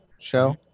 show